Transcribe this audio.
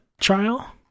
trial